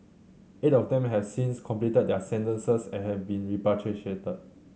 eight of them have since completed their sentences and have been repatriated